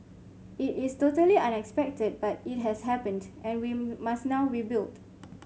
it is totally unexpected but it has happened and we must now rebuild